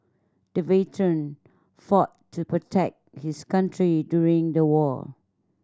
the veteran fought to protect his country during the war